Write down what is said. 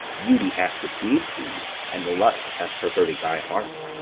beauty hath deceived thee, and lust hath perverted thy heart